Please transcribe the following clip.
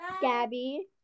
Gabby